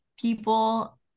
people